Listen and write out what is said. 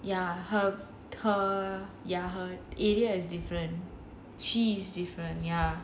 ya her her ya her area is different she is different ya